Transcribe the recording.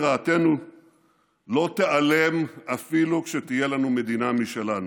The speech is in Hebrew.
רעתנו לא תיעלם אפילו כשתהיה לנו מדינה משלנו.